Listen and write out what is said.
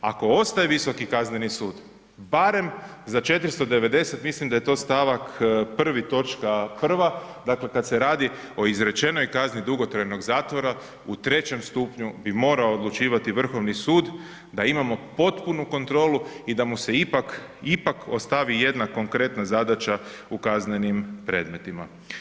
Ako ostaje Visoki kazneni sud barem za 490, mislim da je to stavak 1., točka 1., dakle kada se radi o izrečenoj kazni dugotrajnog zatvora u trećem stupnju bi morao odlučivati Vrhovni sud da imamo potpunu kontrolu i da mu se ipak, ipak ostavi jedna konkretna zadaća u kaznenim predmetima.